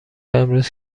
امروز